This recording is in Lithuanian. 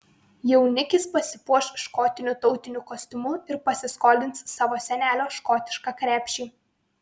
jaunikis pasipuoš škotišku tautiniu kostiumu ir pasiskolins savo senelio škotišką krepšį